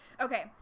okay